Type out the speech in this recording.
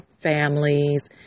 families